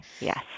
yes